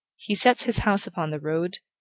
he sets his house upon the road,